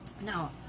Now